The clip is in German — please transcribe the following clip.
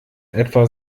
etwa